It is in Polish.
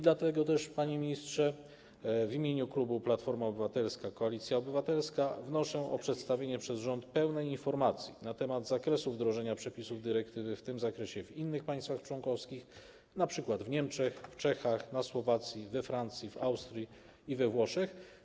Dlatego też, panie ministrze, w imieniu klubu Platforma Obywatelska - Koalicja Obywatelska wnoszę o przedstawienie przez rząd pełnej informacji na temat zakresu wdrożenia przepisów dyrektywy w tej sprawie w innych państwach członkowskich, np. w Niemczech, w Czechach, na Słowacji, we Francji, w Austrii i we Włoszech.